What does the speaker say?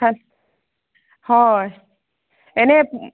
হয় হয় এনে